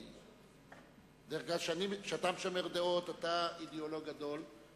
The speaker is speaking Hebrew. כי בדרך כלל כשאתה משמר דעות אתה אידיאולוג גדול,